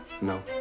No